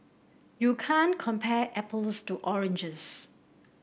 you can't compare apples to oranges